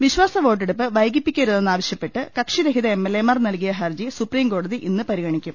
വിശ്വാസവോട്ടെടുപ്പ് വൈകിപ്പിക്കരുതെന്നാവശ്യപ്പെട്ട് ക്ക്ഷിരഹിത എംഎൽഎമാർ നൽകിയ ഹർജി സുപ്രീംകോട്ടതി ഇന്ന് പരിഗണിക്കും